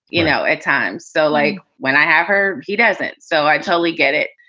you know, at times. so like when i have her, he doesn't. so i totally get it.